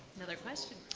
another question,